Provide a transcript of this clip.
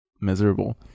miserable